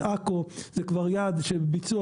עכו זה כבר יעד שבביצוע,